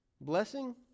Blessing